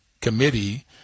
Committee